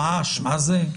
ממש, מה זה.